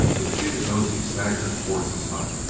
the defeated nosey staggered towards his hut,